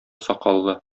сакаллы